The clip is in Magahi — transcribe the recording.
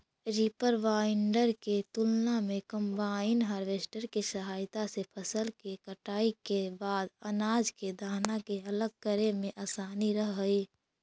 रीपर बाइन्डर के तुलना में कम्बाइन हार्वेस्टर के सहायता से फसल के कटाई के बाद अनाज के दाना के अलग करे में असानी रहऽ हई